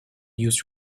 used